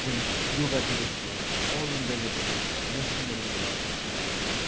जों य'गा दिबसबो अल इन्डिया लेभेलाव नेसनेल लेभेलाव फाथिनाय जायो